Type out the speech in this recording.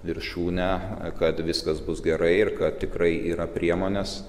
viršūnę kad viskas bus gerai ir kad tikrai yra priemonės